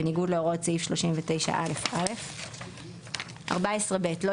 בניגוד להוראות סעיף 39א(א); (14ב) לא